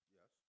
Yes